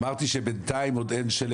עלו שני דברים.